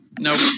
Nope